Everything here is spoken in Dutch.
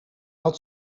had